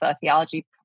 theology